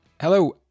Hello